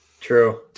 True